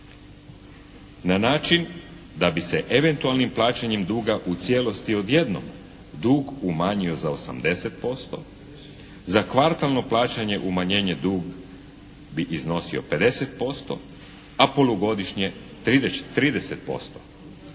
na način da bi se eventualnim plaćanjem duga u cijelosti odjednom dug umanjio za 80%, za kvartalno plaćanje umanjenje duga bi iznosio 50%, a polugodišnje 30%.